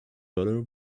butter